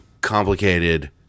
complicated